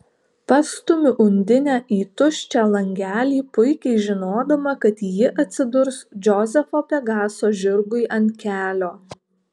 pastumiu undinę į tuščią langelį puikiai žinodama kad ji atsidurs džozefo pegaso žirgui ant kelio